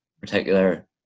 particular